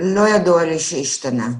לא ידוע לי שהשתנה.